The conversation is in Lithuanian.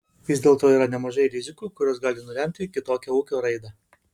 vis dėlto yra nemažai rizikų kurios gali nulemti kitokią ūkio raidą